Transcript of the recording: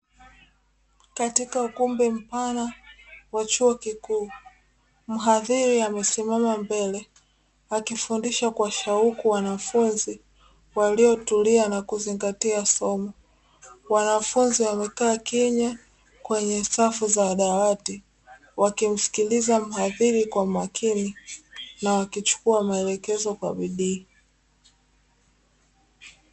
Katika ukumbi mpana wa chuo kikuu mhadhiri amesimama mbele akifundisha kwa shauku wanafunzi waliotulia na kuzingatia somo, wanafunzi wamekaa kimya kwenye safu za dawati wakimsikiliza mhadhiri kwa makini na wakichukua maelekezo kwa bidii.